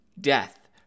Death